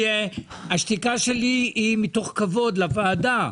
השתיקה שלי היא מתוך כבוד לוועדה.